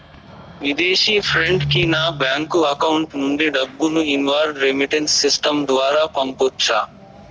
విదేశీ ఫ్రెండ్ కి నా బ్యాంకు అకౌంట్ నుండి డబ్బును ఇన్వార్డ్ రెమిట్టెన్స్ సిస్టం ద్వారా పంపొచ్చా?